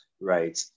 right